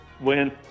Win